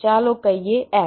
ચાલો કહીએ f